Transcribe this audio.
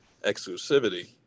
exclusivity